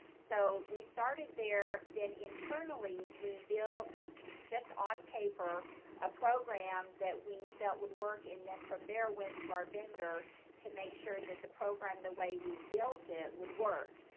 so we started there, then internally we built just on paper a program that we felt would work, and then from there went to our vendor to make sure that the program the way we built it would work.